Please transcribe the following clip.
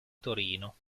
torino